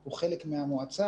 הוא חלק מהמועצה.